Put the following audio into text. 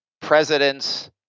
presidents